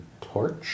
torch